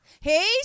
Hey